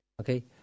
okay